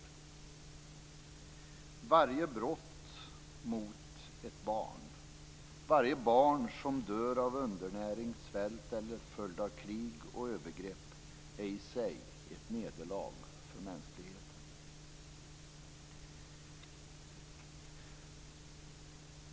Varje brott mot ett barn, varje barn som dör av undernäring, svält eller till följd av krig och övergrepp, är i sig ett nederlag för mänskligheten.